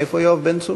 איפה יואב בן צור?